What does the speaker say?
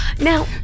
now